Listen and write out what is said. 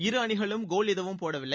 இரு அணிகளும் கோல் எதுவும் போடவில்லை